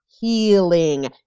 Healing